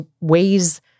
ways